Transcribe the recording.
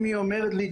אם היא אומרת לי,